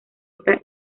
esta